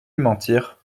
mentir